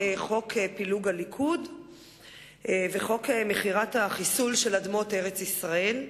חוק פילוג הליכוד וחוק מכירת החיסול של אדמות ארץ-ישראל.